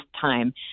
time